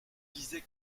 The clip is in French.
disais